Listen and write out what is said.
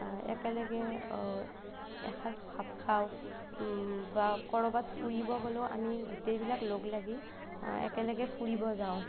একেলগে এসাঁজ ভাত খাওঁ বা ক'ৰবাত ফুৰিব গ'লেও আমি গোটেইবিলাক লগ লাগি একেলগে ফুৰিব যাওঁ